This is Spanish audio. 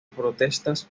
protestas